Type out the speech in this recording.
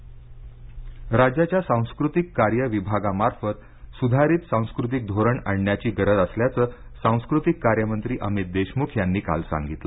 सांस्कृतिक धोरण राज्याच्या सांस्कृतिक कार्य विभागामार्फत सुधारित सांस्कृतिक धोरण आणण्याची गरज असल्याचे सांस्कृतिक कार्य मंत्री अमित देशमुख यांनी काल सांगितले